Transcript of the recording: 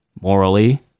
morally